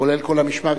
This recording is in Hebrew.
כולל את כל המשמר,